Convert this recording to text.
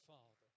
Father